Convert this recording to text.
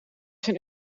zijn